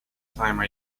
time